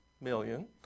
million